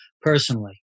personally